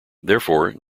therefore